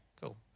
cool